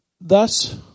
thus